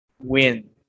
win